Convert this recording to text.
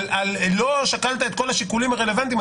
לא שקלת את כל השיקולים הרלוונטיים.